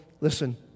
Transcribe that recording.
Listen